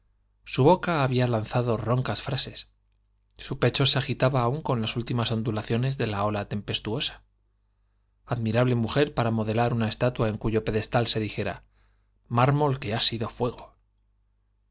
su boca había lanzado roncas frases su pecho se agitaba aún con las últimas ondulaciones de la ola tempestuosa i admirable mujer para modelar una estatua en cuyo pedestal se dijera mármol que ha sido fuego